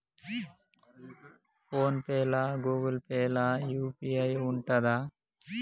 Phone pay లా Google Pay లా UPI ఉంటదా?